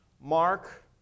mark